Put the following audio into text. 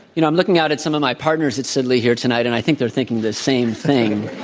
you know, i'm looking out at some of my partners at sidley here tonight, and i think they're thinking the same thing.